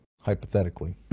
hypothetically